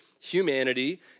humanity